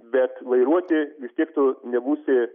bet vairuoti vis tiek tu nebūsi